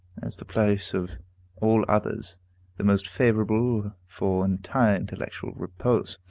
as the place of all others the most favorable for entire intellectual repose.